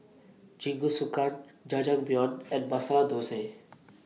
Jingisukan Jajangmyeon and Masala Dosa